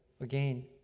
again